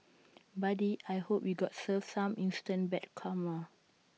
buddy I hope you got served some instant bad karma